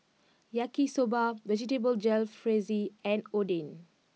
Yaki Soba Vegetable Jalfrezi and Oden